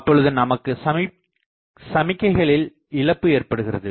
அப்பொழுது நமக்கு சமிக்கைகளில் இழப்பு ஏற்படுகிறது